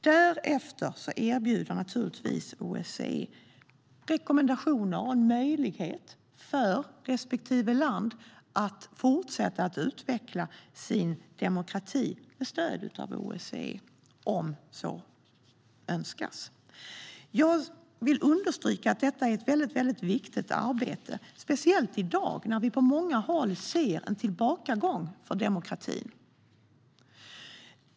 Därefter erbjuder OSSE rekommendationer och en möjlighet för respektive land att fortsätta att utveckla sin demokrati, med stöd av OSSE om så önskas. Jag vill understryka att detta är ett väldigt viktigt arbete, speciellt i dag, när vi på många håll ser en tillbakagång för demokratin.